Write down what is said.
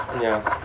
yeah